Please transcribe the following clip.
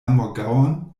morgaŭon